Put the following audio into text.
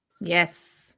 Yes